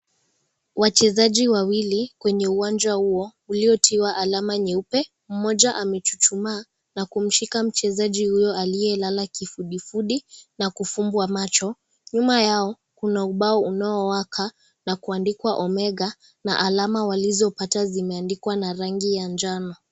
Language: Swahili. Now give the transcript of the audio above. Wachezaji wawili kwenye uwanja huo uliotiwa alama nyeupe, mmoja amechuchumaa na kumshika mchezaji huyo aliyelala kifudifudi na kufumbwa macho. Nyuma Yao, kuna ubao unaowaka na kuandikwa Omega na alama walizopata zimeandikwa na rangi ya njano